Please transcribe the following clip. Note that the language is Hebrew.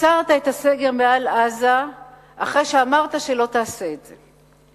הסרת את הסגר מעל עזה אחרי שאמרת שלא תעשה את זה.